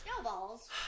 Snowballs